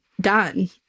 done